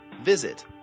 Visit